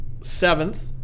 seventh